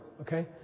Okay